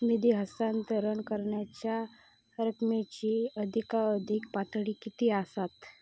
निधी हस्तांतरण करण्यांच्या रकमेची अधिकाधिक पातळी किती असात?